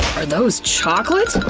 are those chocolate!